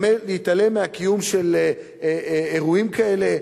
להתעלם מהקיום של אירועים כאלה,